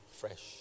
fresh